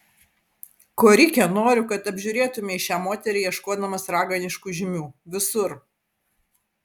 korike noriu kad apžiūrėtumei šią moterį ieškodamas raganiškų žymių visur